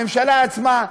הממשלה עצמה,